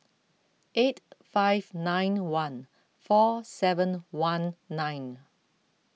eight five nine one four seven one nine